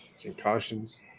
Concussions